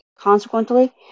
Consequently